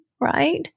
right